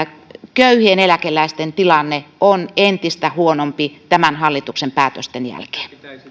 köyhien eläkeläisten tilanne on entistä huonompi tämän hallituksen päätösten jälkeen